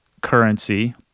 currency